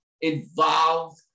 involved